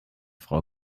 frau